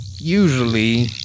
Usually